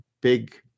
big